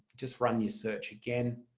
just run your search again.